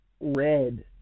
red